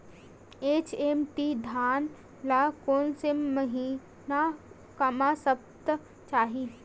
HMT धान ल कोन से महिना म सप्ता चाही?